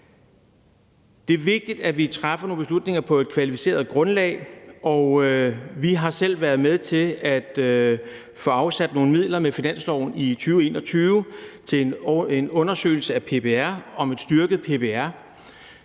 Det er vigtigt, at vi træffer nogle beslutninger på et kvalificeret grundlag, og vi har selv været med til at få afsat nogle midler i finansloven i 2021 til en undersøgelse af PPR med henblik